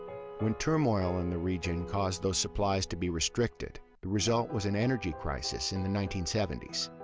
when turmoil in the region caused those supplies to be restricted, the result was an energy crisis in the nineteen seventy s.